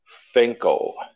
Finkel